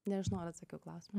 nežinau ar atsakiau į klausimą